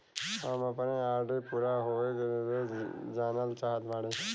हम अपने आर.डी पूरा होवे के निर्देश जानल चाहत बाटी